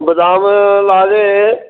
बदाम लाए दे